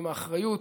עם האחריות.